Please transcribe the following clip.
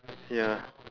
ya